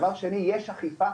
דבר שני, יש אכיפה